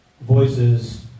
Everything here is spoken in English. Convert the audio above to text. voices